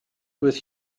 with